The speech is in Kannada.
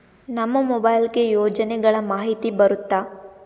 ನಮ್ ಮೊಬೈಲ್ ಗೆ ಯೋಜನೆ ಗಳಮಾಹಿತಿ ಬರುತ್ತ?